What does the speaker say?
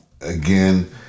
again